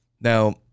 Now